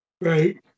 Right